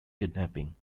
kidnapping